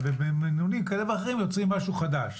ובמינונים כאלה ואחרים יוצרים משהו חדש,